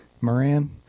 Moran